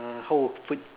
how would put it